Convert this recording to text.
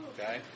okay